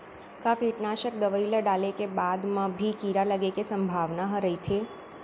का कीटनाशक दवई ल डाले के बाद म भी कीड़ा लगे के संभावना ह रइथे?